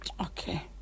Okay